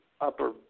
Upper